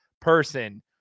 person